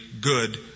good